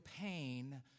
pain